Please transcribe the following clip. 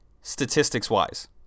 statistics-wise